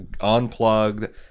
unplugged